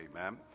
amen